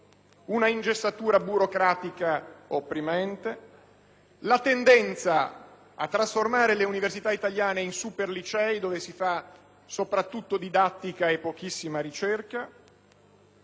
un'ingessatura burocratica opprimente; la tendenza a trasformare le università italiane in superlicei dove si fa soprattutto didattica e pochissima ricerca